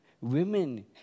women